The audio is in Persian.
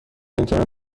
اینترنت